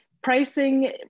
pricing